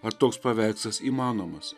ar toks paveikslas įmanomas